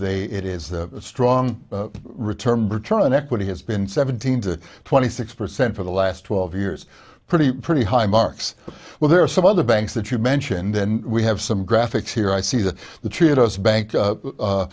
they it is the strong return return on equity has been seventeen to twenty six percent for the last twelve years pretty pretty high marks well there are some other banks that you mentioned then we have some graphics here i see that the tritos bank